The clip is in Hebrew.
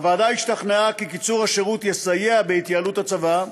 הוועדה השתכנעה כי קיצור השירות יסייע בהתייעלות הצבא,